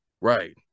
right